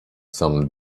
some